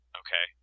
okay